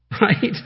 right